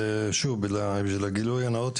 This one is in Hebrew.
בשביל הגילוי הנאות,